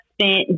spent